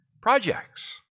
projects